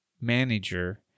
manager